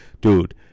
dude